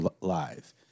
live